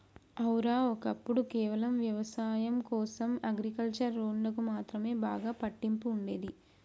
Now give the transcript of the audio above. ఔర, ఒక్కప్పుడు కేవలం వ్యవసాయం కోసం అగ్రికల్చర్ లోన్లకు మాత్రమే బాగా పట్టింపు ఉండేది